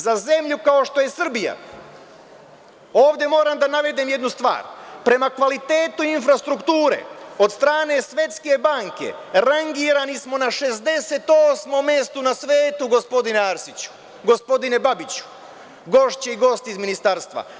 Za zemlju kao što je Srbija ovde moram da navedem jednu stvar, prema kvalitetu infrastrukture od strane Svetske banke rangirani smo na 68 mestu na svetu, gospodine Arsiću, gospodine Babiću, gošće i gosti iz ministarstva.